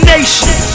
Nation